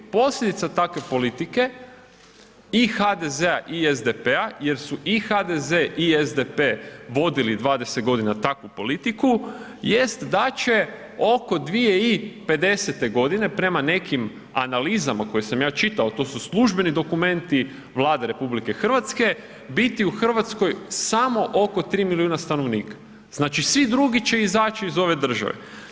Posljedica takve politike i HDZ-a i SDP-a jer su i HDZ i SDP vodili 20 godina takvu politiku jest da će oko 2050. godine, prema nekim analizama koje sam ja čitao, to su službeni dokumenti Vlade RH, biti u Hrvatskoj samo oko 3 milijuna stanovnika, znači svi drugi će izaći iz ove države.